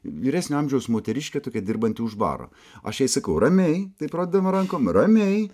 vyresnio amžiaus moteriškė tokia dirbanti už baro aš jai sakau ramiai taip rodydama rankom ramiai